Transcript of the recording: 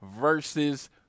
versus